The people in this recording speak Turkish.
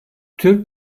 türk